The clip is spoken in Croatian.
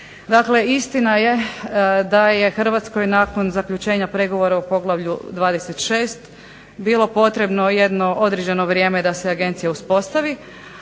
istina je da je Hrvatskoj nakon zaključenja pregovora u poglavlju 26. bilo potrebno jedno određeno vrijeme da se agencija uspostavi,